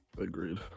Agreed